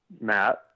Matt